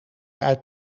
uit